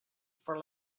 for